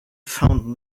found